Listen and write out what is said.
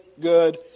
good